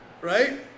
right